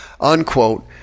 unquote